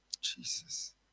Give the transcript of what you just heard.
Jesus